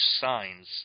signs